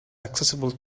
accessible